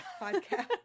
Podcast